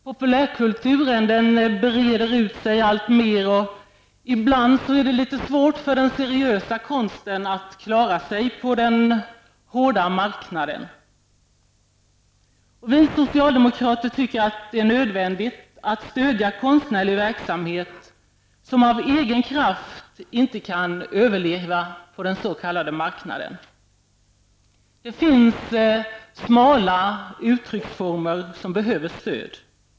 Populärkulturen breder ut sig alltmer, och ibland är det litet svårt för den seriösa konsten att klara sig på den hårda marknaden. Vi socialdemokrater tycker att det är nödvändigt att stödja konstnärlig verksamhet som inte av egen kraft kan överleva på den s.k. marknaden. Det finns smala uttrycksformer som behöver stöd.